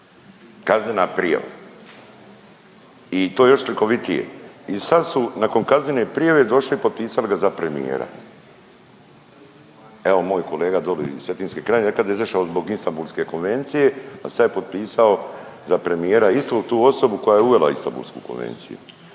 Kaznena prijava. I to je još slikovitije. I sad su nakon kaznene prijave došli i potpisali ga za premijera. Evo moj kolega dole iz Cetinske krajine rekao da je izašao zbog Istanbulske konvencije, a sad je potpisao za premijera istu tu osobu koja je uvela Istanbulsku konvenciju.